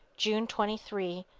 june twenty three,